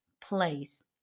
place